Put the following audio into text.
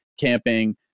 camping